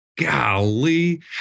golly